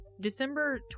December